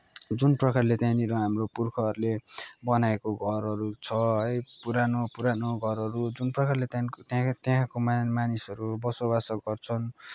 जुन प्रकारले त्यहाँनिर हाम्रो पुर्खाहरूले बनाएको घरहरू छ है पुरानो पुरानो घरहरू जुन प्रकारले त्यहाँ त्यहाँ त्यहाँको मा मानिसहरू बसोबास गर्छन्